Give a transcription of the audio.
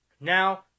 Now